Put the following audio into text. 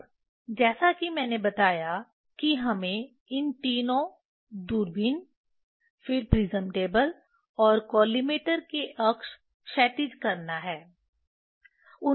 अब जैसा कि मैंने बताया कि हमें इन तीनों दूरबीन फिर प्रिज्म टेबल और कॉलिमेटर के अक्ष क्षैतिज करना है